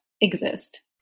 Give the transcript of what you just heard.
exist